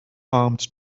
armed